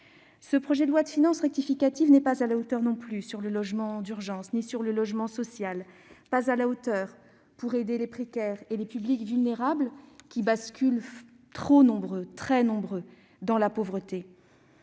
Ce projet de loi de finances rectificative n'est pas à la hauteur non plus en matière de logement d'urgence ni de logement social. Il n'est pas à la hauteur pour aider les plus précaires et les publics vulnérables, qui basculent trop nombreux dans la pauvreté.